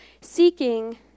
Seeking